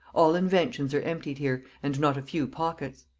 all inventions are emptied here, and not a few pockets.